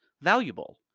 valuable